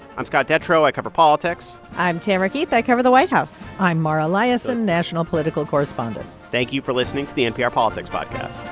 i'm scott detrow. i cover politics i'm tamara keith. i cover the white house i'm mara liasson, national political correspondent thank you for listening to the npr politics podcast